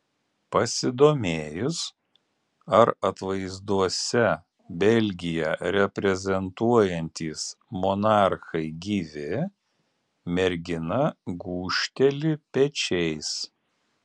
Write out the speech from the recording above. pasidomėjus ar atvaizduose belgiją reprezentuojantys monarchai gyvi mergina gūžteli pečiais